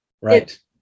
Right